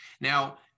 Now